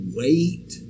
wait